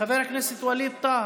חבר הכנסת ווליד טאהא,